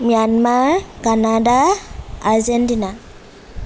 Myanmar Canada Argentina